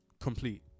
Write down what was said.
complete